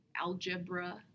algebra